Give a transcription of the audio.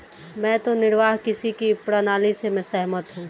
मैं तो निर्वाह कृषि की प्रणाली से सहमत हूँ